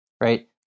right